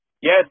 Yes